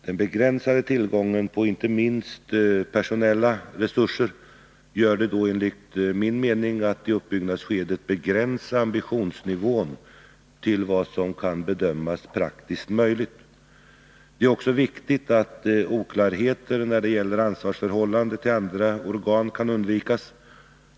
Den begränsade tillgången på inte minst personella resurser gör det enligt min mening nödvändigt att i uppbyggnadsskedet begränsa ambitionsnivån till vad som kan bedömas vara praktiskt möjligt. Det är också viktigt att oklarheter när det gäller ansvarsförhållandet till andra organ kan undvikas.